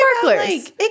sparklers